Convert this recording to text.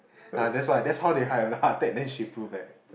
!huh! that's why that's how they have a heart attack then she flew back